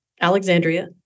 Alexandria